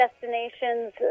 destinations